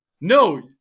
no